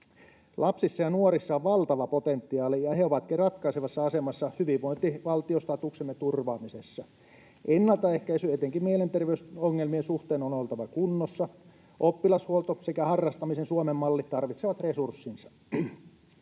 Lapsissa ja nuorissa on valtava potentiaali, ja he ovatkin ratkaisevassa asemassa hyvinvointivaltiostatuksemme turvaamisessa. Ennaltaehkäisyn etenkin mielenterveysongelmien suhteen on oltava kunnossa, oppilashuolto sekä harrastamisen Suomen malli tarvitsevat resurssinsa.